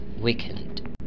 weakened